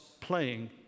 playing